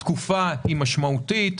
התקופה היא משמעותית.